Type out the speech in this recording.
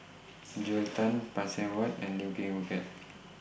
Joel Tan Phay Seng Whatt and Lim Ping Wee Kiak